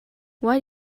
why